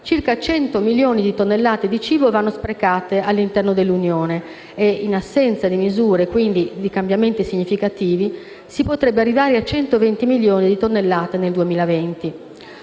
circa 100 milioni di tonnellate di cibo vanno sprecate all'interno dell'Unione e in assenza di misure, quindi di cambiamenti significativi, si potrebbe arrivare a 120 milioni di tonnellate nel 2020.